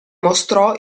mostrò